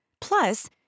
Plus